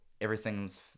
everything's